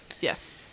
yes